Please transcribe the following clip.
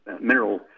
mineral